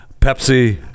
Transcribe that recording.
Pepsi